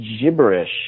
gibberish